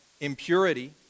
impurity